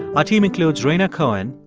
ah team includes rhaina cohen,